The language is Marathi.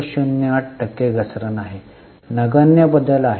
08 टक्के घसरण आहे नगण्य बदल आहे